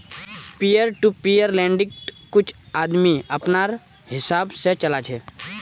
peer to peer लेंडिंग्क कुछ आदमी अपनार हिसाब से चला छे